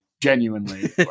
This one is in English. genuinely